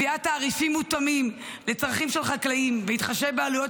קביעת תעריפים מותאמים לצרכים של חקלאים בהתחשב בעלויות